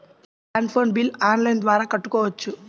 Land phone bill online ద్వారా కట్టుకోవచ్చు?